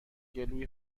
گلوی